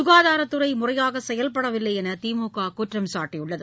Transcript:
சுகாதாரத் துறை முறையாக செயல்படவில்லை என்று திமுக குற்றம் சாட்டியுள்ளது